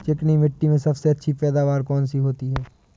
चिकनी मिट्टी में सबसे अच्छी पैदावार कौन सी होती हैं?